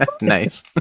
Nice